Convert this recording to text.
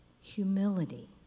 Humility